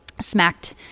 smacked